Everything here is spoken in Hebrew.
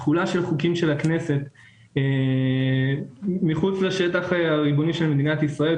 תחולה של חוקי הכנסת מחוץ לשטח הריבוני של מדינת ישראל,